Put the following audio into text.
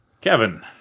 Kevin